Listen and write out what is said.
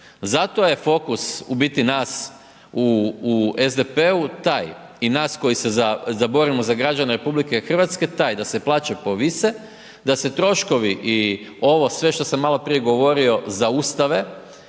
zato je fokus u biti nas, u SDP-u taj i nas koji se borimo za građane RH je taj da se plaće povise, da se troškovi i ovo sve što sam maloprije govorio zaustave